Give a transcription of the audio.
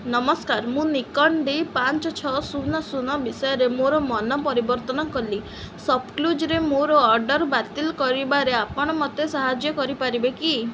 ନମସ୍କାର ମୁଁ Nikon D ପାଞ୍ଚ ଛଅ ଶୂନ ଶୂନ ବିଷୟରେ ମୋର ମନ ପରିବର୍ତ୍ତନ କଲି ସପ୍ କ୍ଲୁଜ୍ରେ ମୋର ଅର୍ଡ଼ର୍ ବାତିଲ କରିବାରେ ଆପଣ ମୋତେ ସାହାଯ୍ୟ କରିପାରିବେ କି